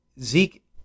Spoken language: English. Zeke